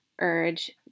urge